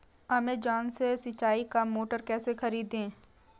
Amazon से सिंचाई का मोटर कैसे खरीदें?